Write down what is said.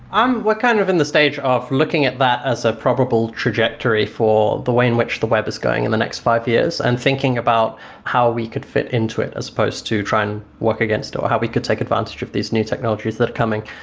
um kind of in the stage of looking at that as a probable trajectory for the way in which the web is going in the next five years, and thinking about how we could fit into it as opposed to try and work against, or how we could take advantage of these new technologies that are coming,